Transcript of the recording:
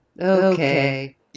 Okay